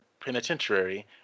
Penitentiary